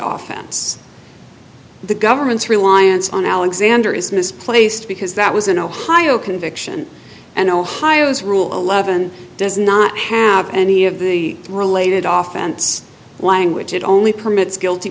it's the government's reliance on alexander is misplaced because that was an ohio conviction and ohio's rule eleven does not have any of the related often it's language it only permits guilty